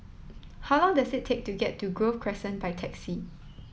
how long does it take to get to Grove Crescent by taxi